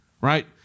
right